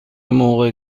موقع